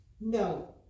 No